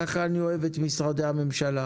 ככה אני אוהב את משרדי הממשלה,